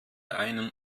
einen